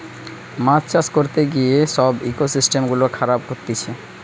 মাছ চাষ করতে গিয়ে সব ইকোসিস্টেম গুলা খারাব করতিছে